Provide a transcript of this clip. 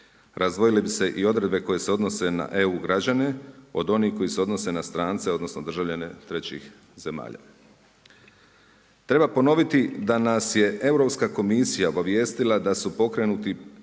razdvojile bi se i odredbe koje se odnose na EU građane od onih koji se odnose na strance, odnosno državljane trećih zemalja. Treba ponoviti, da nas je Europska komisija obavijestila da su pokrenuti